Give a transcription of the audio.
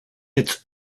its